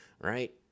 right